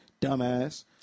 Dumbass